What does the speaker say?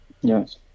Yes